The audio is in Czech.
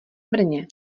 brně